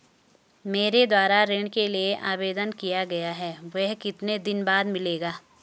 मेरे द्वारा ऋण के लिए आवेदन किया गया है वह कितने दिन बाद मिलेगा?